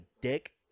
dick